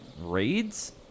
raids